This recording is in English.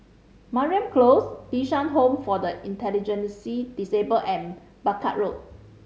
Mariam Close Bishan Home for the Disabled and Barker Road